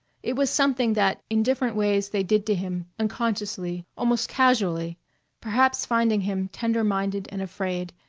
it was something that in different ways they did to him, unconsciously, almost casually perhaps finding him tender-minded and afraid,